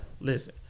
listen